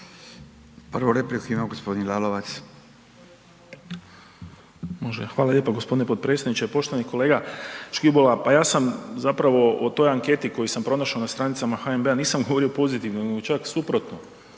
Prvu repliku ima g. Lalovac. **Lalovac, Boris (SDP)** Hvala lijepa g. potpredsjedniče. Poštovani kolega Škibola, pa ja sam zapravo o toj anketi koju sam pronašao na stranicama HNB-a, nisam govorio pozitivno nego čak suprotno,